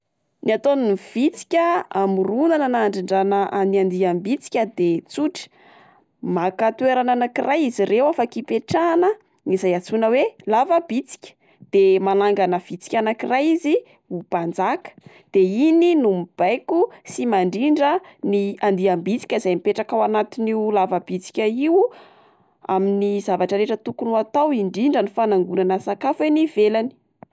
Ny ataon'ny vitsika amoronana na andrindrana a- ny andiam-bitsika de tsotra, maka toerana anak'iray izy ireo afaka ipetrahana izay antsoina hoe lava-bitsika. De manangana vitsika anak'iray izy ho mpanjaka de iny no mibaiko sy mandrindra ny andiam-bitsika izay mipetraka ao anatin'io lava-bitsika io amin'ny zavatra rehetra tokony ho atao indrindra ny fanangonana sakafo eny ivelany.